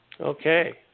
Okay